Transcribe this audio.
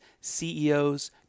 CEOs